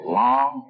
long